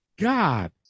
God